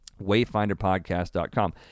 wayfinderpodcast.com